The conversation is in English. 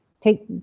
Take